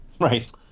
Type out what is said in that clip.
Right